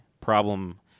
problem